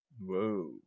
Whoa